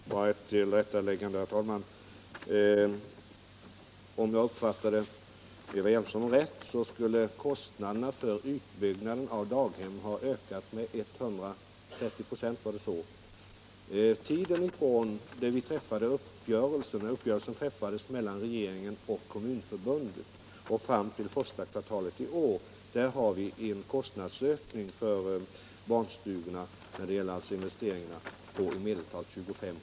Herr talman! Ett tillrättaläggande! Om jag uppfattade Eva Hjelmström rätt, skulle kostnaderna för utbyggnaden av daghemmen ha ökat med 150 96. För tiden från det uppgörelsen träffades mellan regeringen och Kommunförbundet fram till första kvartalet i år har vi en ökning av investeringskostnaderna för barnstugor på i medeltal 25 96.